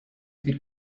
could